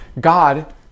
God